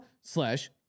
slash